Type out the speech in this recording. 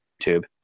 Tube